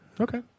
Okay